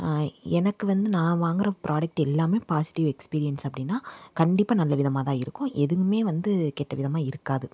எனக்கு வந்து நான் வாங்கிற புராடக்ட்டு எல்லாமே பாசிட்டிவ் எக்ஸ்பிரியன்ஸ் அப்படின்னா கண்டிப்பாக நல்லவிதமாக தான் இருக்கும் எதுவுமே வந்து கெட்ட விதமாக இருக்காது